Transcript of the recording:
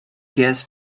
gas